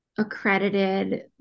accredited